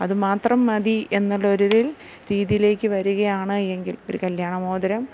അത് മാത്രം മതി എന്നുള്ളൊരിതിൽ രീതിയിലേക്ക് വരികയാണ് എങ്കിൽ ഒര് കല്യാണ മോതിരം